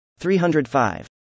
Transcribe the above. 305